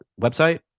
website